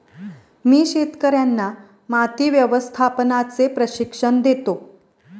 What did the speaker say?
मी शेतकर्यांना माती व्यवस्थापनाचे प्रशिक्षण देतो